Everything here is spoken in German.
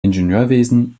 ingenieurwesen